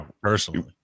personally